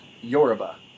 Yoruba